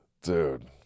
dude